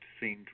seemed